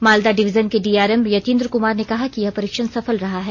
Malda division के DRM Yatindra Kumar ने कहा कि यह परीक्षण सफल रहा है